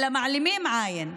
אלא מעלימות עין,